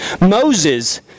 Moses